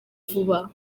vuba